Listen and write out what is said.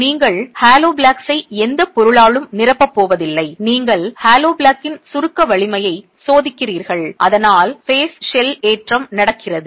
நீங்கள் ஹாலோ பிளாக்ஸை எந்தப் பொருளாலும் நிரப்பப் போவதில்லை நீங்கள் ஹாலோ பிளாக்கின் சுருக்க வலிமையை சோதிக்கிறீர்கள் அதனால் ஃபேஸ் ஷெல் ஏற்றம் நடக்கிறது